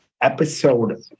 episode